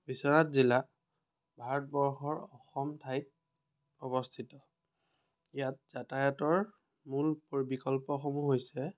বিশ্বনাথ জিলা ভাৰতবৰ্ষৰ অসম ঠাইত অৱস্থিত ইয়াত যাতায়তৰ মূল বিকল্পসমূহ হৈছে